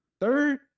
Third